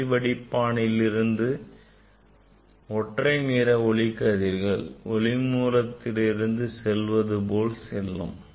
ஒளிவடிப்பானிலிருந்து ஒற்றை நிற ஒளிக்கதிர்கள் ஒளி மூலத்திலிருந்து செல்வது போல் செல்லும்